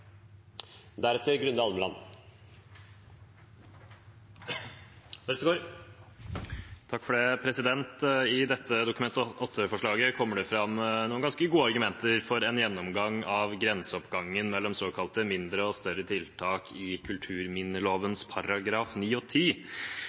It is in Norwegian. I dette Dokument 8-forslaget kommer det fram noen ganske gode argumenter for en gjennomgang av grenseoppgangen mellom såkalte mindre og større tiltak i kulturminneloven